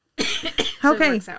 Okay